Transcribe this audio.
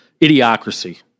idiocracy